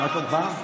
מה שלומך?